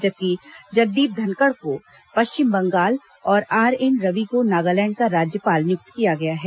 जबकि जगदीप धनकड़ को पश्चिम बंगाल और आरएन रवि को नागालैंड का राज्यपाल नियुक्त किया गया है